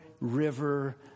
river